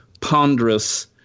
ponderous